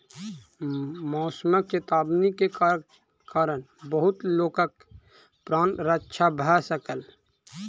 मौसमक चेतावनी के कारण बहुत लोकक प्राण रक्षा भ सकल